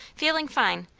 feeling fine,